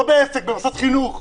לא בעסק, במוסד חינוך.